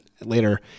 later